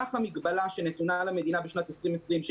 סך המגבלה שנתונה על המדינה בשנת 2020,